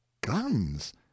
guns